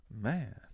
man